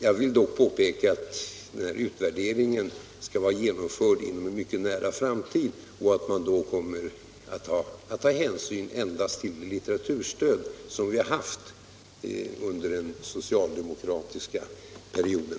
Jag vill påpeka att utvärderingen skall vara genomförd inom en mycket nära framtid och att man endast kan ta hänsyn till det litteraturstöd som vi har haft under den socialdemokratiska perioden.